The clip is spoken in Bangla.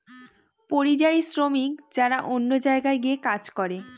পরিযায়ী শ্রমিক যারা অন্য জায়গায় গিয়ে কাজ করে